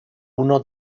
uno